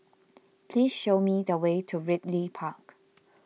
please show me the way to Ridley Park